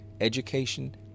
education